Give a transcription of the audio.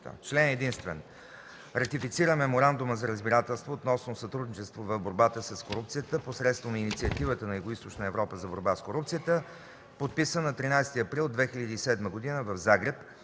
Член единствен. Ратифицира Меморандума за разбирателство относно сътрудничество в борбата с корупцията посредством Инициативата на Югоизточна Европа за борба с корупцията, подписан на 13 април 2007 г. в Загреб,